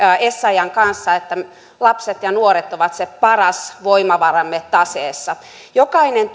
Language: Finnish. essayahn kanssa että lapset ja nuoret ovat se paras voimavaramme taseessa jokaisen